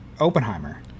Oppenheimer